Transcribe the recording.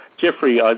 Jeffrey